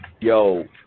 Yo